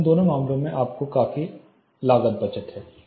तो इन दोनों मामलों में आपके पास काफी लागत बचत है